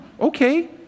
Okay